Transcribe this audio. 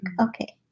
okay